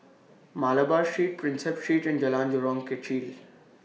Malabar Street Prinsep Street and Jalan Jurong Kechil